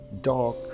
dark